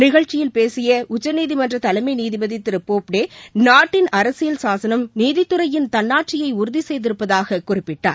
நிகழ்ச்சியில் பேசிய உச்சநீதிமன்ற தலைமை நீதிபதி திரு போப்டே நாட்டின் அரசியல் சாசனம் நீதித்துறையின் தன்னாட்சியை உறுதி செய்திருப்பதாக குறிப்பிட்டார்